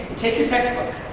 take your textbook.